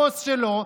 הבוס שלו,